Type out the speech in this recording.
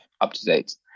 up-to-date